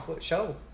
Show